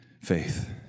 faith